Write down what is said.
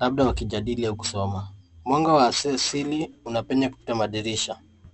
labda wakijadili au kusoma. Mwanga wa asili unapenya kupitia madirisha.